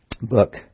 book